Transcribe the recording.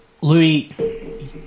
Louis